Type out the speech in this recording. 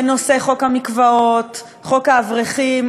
בנושא חוק המקוואות, חוק האברכים,